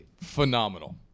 Phenomenal